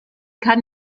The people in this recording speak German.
kann